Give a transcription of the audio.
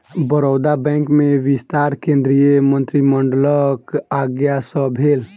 Baroda bank में विस्तार केंद्रीय मंत्रिमंडलक आज्ञा सँ भेल